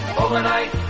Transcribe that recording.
Overnight